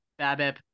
BABIP